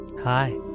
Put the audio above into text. Hi